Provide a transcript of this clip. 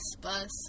bus